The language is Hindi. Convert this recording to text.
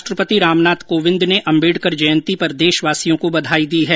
राष्ट्रपति रामनाथ कोविंद ने अम्बडेकर जयंती पर देशवासियों को बधाई दी है